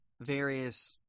various